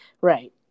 right